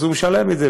אז הוא משלם את זה.